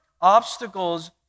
obstacles